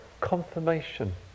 confirmation